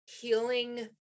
healing